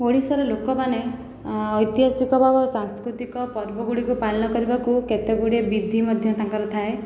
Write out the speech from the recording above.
ଓଡ଼ିଶାର ଲୋକମାନେ ଐତିହାସିକ ଭାବ ଓ ସାଂସ୍କୃତିକ ପର୍ବ ଗୁଡ଼ିକୁ ପାଳନ କରିବାକୁ କେତେ ଗୁଡ଼ିଏ ବିଧି ମଧ୍ୟ ତାଙ୍କର ଥାଏ